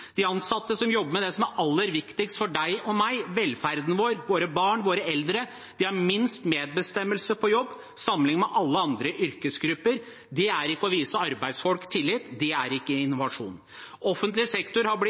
De ansatte som jobber med det som er aller viktigst for deg og meg, velferden vår, våre barn og våre eldre, har minst medbestemmelse på jobb, sammenlignet med alle andre yrkesgrupper. Det er ikke å vise arbeidsfolk tillit, det er ikke innovasjon. Offentlig sektor har